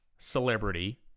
celebrity